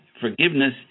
Forgiveness